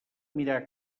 mirar